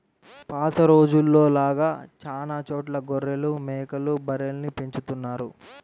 పాత రోజుల్లో లాగా చానా చోట్ల గొర్రెలు, మేకలు, బర్రెల్ని పెంచుతున్నారు